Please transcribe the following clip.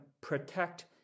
protect